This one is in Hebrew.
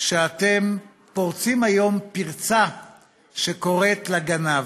שאתם פורצים היום פרצה שקוראת לגנב,